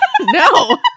no